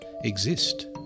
exist